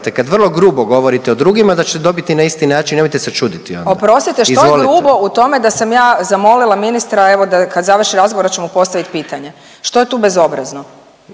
kad vrlo grubo govorite o drugima da ćete dobiti na isti način, nemojte se čuditi onda/…. Oprostite, što je grubo… …/Upadica predsjednik: Izvolite/… …u tome da sam ja zamolila ministra evo da kad završi razgovor da ću mu postavit pitanje, što je tu bezobrazno?